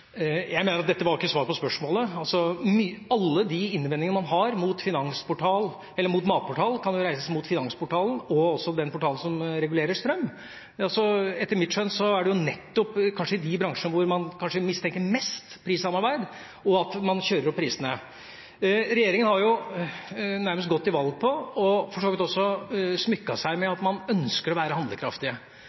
matportal, kan jo reises mot Finansportalen og også den portalen som regulerer strøm. Etter mitt skjønn er det kanskje nettopp i de bransjene hvor man mistenker mest prissamarbeid, at man kjører opp prisene. Regjeringen har jo nærmest gått til valg på – og for så vidt også smykket seg med – at man ønsker å være